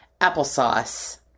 applesauce